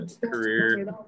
career